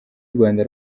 urwanda